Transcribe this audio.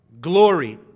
glory